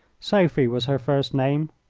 sophie was her first name,